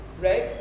right